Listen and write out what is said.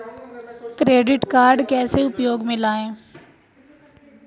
Credit card कैसे उपयोग में लाएँ?